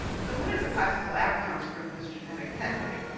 so, what are the possible outcomes from this genetic testing?